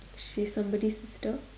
she's somebody's sister